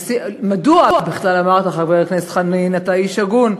מדוע בכלל אמרת, חבר הכנסת חנין, אתה איש הגון: